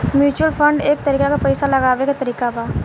mutual fund एक तरीका के पइसा लगावे के तरीका बा